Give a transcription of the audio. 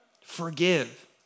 forgive